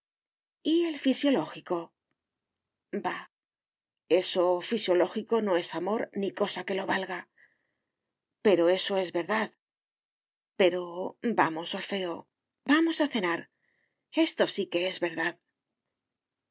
y el fisiológico bah eso fisiológico no es amor ni cosa que lo valga por eso es verdad pero vamos orfeo vamos a cenar esto sí que es verdad